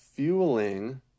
Fueling